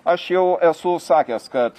aš jau esu sakęs kad